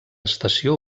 estació